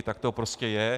Tak to prostě je.